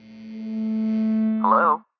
Hello